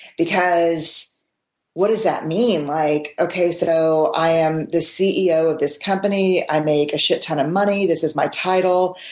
because what does that mean? so like okay, so i am the ceo of this company, i make a shit ton of money, this is my title.